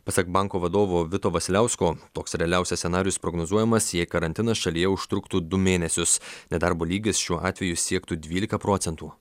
pasak banko vadovo vito vasiliausko toks realiausias scenarijus prognozuojamas jei karantinas šalyje užtruktų du mėnesius nedarbo lygis šiuo atveju siektų dvylika procentų